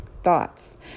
thoughts